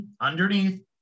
underneath